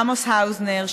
עמוס האוזנר,